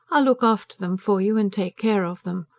i'll look after them for you, and take care of them,